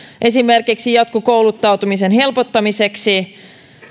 esimerkiksi jatkokouluttautumisen helpottamiseksi